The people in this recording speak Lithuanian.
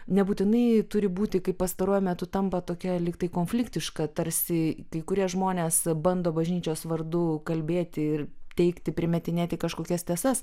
nebūtinai turi būti kaip pastaruoju metu tampa tokia lyg tai konfliktiška tarsi kai kurie žmonės bando bažnyčios vardu kalbėti ir teikti primetinėti kažkokias tiesas